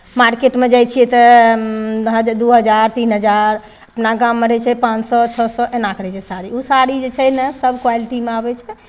मार्केटमे जाइ छियै तऽ वहाँ जे दू हजार तीन हजार अपना गाममे रहै छै पाँच सए छओ सए एनाके रहै छै साड़ी ओ साड़ी जे छै ने सभ क्वालिटीमे अबै छै